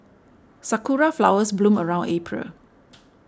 sakura flowers bloom around April